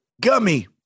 Gummy